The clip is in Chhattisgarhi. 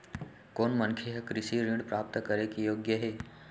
कोन मनखे ह कृषि ऋण प्राप्त करे के योग्य हे?